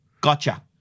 Gotcha